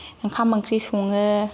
ओंखाम ओंख्रि सङो